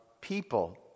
people